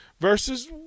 versus